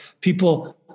people